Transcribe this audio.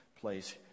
place